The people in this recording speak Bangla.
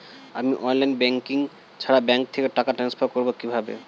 আমি অনলাইন ব্যাংকিং ছাড়া ব্যাংক থেকে টাকা ট্রান্সফার করবো কিভাবে?